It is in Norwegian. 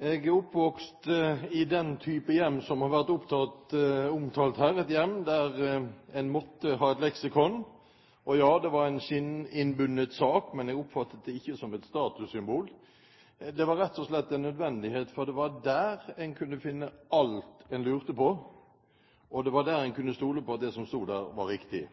Jeg er oppvokst i den type hjem som har vært omtalt her, et hjem der en måtte ha et leksikon. Og ja, det var en skinninnbundet sak, men jeg oppfattet det ikke som et statussymbol. Det var rett og slett en nødvendighet, for det var der en kunne finne alt en lurte på, og det var der en kunne stole på at det som sto, var riktig.